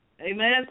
Amen